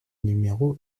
numéro